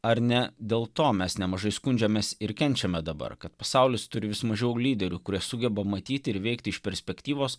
ar ne dėl to mes nemažai skundžiamės ir kenčiame dabar kad pasaulis turi vis mažiau lyderių kurie sugeba matyti ir veikti iš perspektyvos